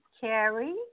Carrie